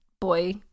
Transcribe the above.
boy